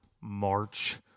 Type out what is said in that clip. March